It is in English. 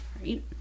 right